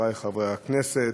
חברי חברי הכנסת,